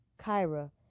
Kyra